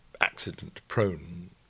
accident-prone